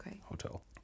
hotel